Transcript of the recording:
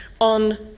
on